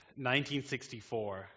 1964